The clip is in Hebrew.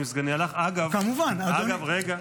אני מבין שהיא לא הגיעה.